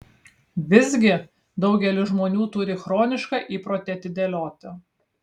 visgi daugelis žmonių turį chronišką įprotį atidėlioti